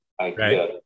idea